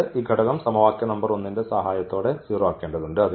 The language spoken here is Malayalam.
എന്നിട്ട് ഈ ഘടകം സമവാക്യ നമ്പർ 1 ന്റെ സഹായത്തോടെ 0 ആക്കേണ്ടതുണ്ട്